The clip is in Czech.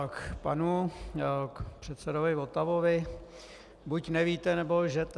K panu předsedovi Votavovi buď nevíte, nebo lžete.